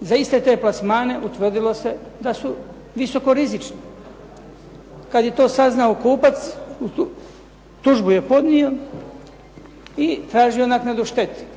za iste te plasmane utvrdilo se da su visoko rizični. Kad je to saznao kupac tužbu je podnio i tražio naknadu štete.